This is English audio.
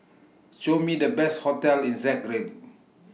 Show Me The Best hotels in Zagreb